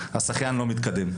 השחיין לא מתקדם,